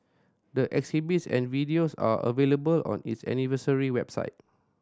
the exhibits and videos are available on its anniversary website